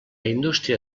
indústria